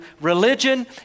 religion